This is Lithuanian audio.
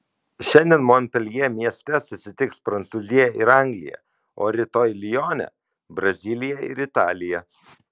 šiandien monpeljė mieste susitiks prancūzija ir anglija o rytoj lione brazilija ir italija